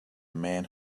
man